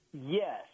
Yes